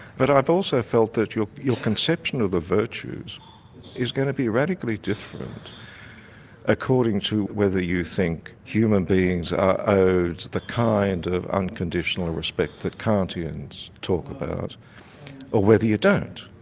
but i've also felt that your your conception of the virtues is going to be radically different according to whether you think human beings are owed the kind of unconditional respect that cartesians talk about or ah whether you don't.